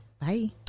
Bye